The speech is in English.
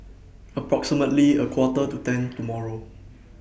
approximately A Quarter to ten tomorrow